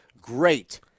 Great